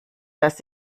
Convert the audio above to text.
dass